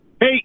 Hey